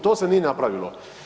To se nije napravilo.